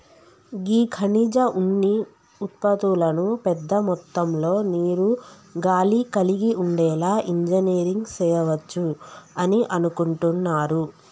గీ ఖనిజ ఉన్ని ఉత్పతులను పెద్ద మొత్తంలో నీరు, గాలి కలిగి ఉండేలా ఇంజనీరింగ్ సెయవచ్చు అని అనుకుంటున్నారు